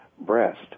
breast